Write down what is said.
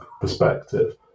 perspective